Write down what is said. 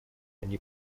они